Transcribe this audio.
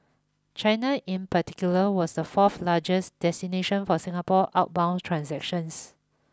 China in particular was the fourth largest destination for Singapore outbound transactions